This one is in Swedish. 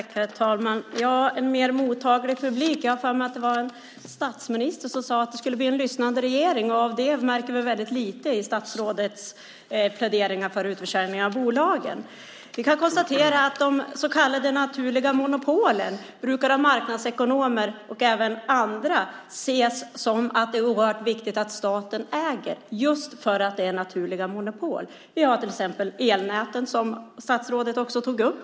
Herr talman! Statsrådet pratade om en mer mottaglig publik. Jag har för mig att det var statsministern som sade att det skulle bli en lyssnande regeringen, men av det märker vi mycket lite i statsrådets pläderingar för utförsäljning av bolagen. Vi kan konstatera att det av marknadsekonomer och även av andra brukar ses som oerhört viktigt att staten äger de så kallade naturliga monopolen, just för att de är naturliga monopol. Vi har till exempel elnäten, som statsrådet också tog upp.